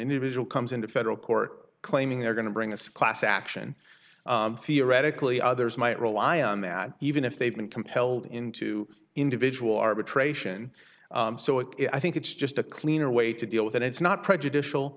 individual comes into federal court claiming they're going to bring this class action fear radically others might rely on that even if they've been compelled into individual arbitration so it i think it's just a cleaner way to deal with it it's not prejudicial